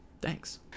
Thanks